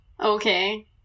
Okay